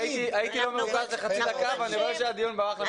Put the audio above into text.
הייתי לא מרוכז לחצי דקה ואני רואה שהדיון ברח למקום אחר.